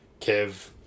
Kev